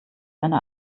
seine